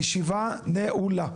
הישיבה נעולה.